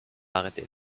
arrêtés